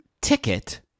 ticket